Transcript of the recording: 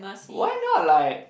why not like